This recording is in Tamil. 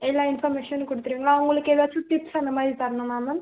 எல்லா இன்ஃபார்மேஷனும் குடுத்திடுவீங்களா அவங்களுக்கு எதாச்சும் டிப்ஸ் அந்த மாதிரி தரணுமா மேம்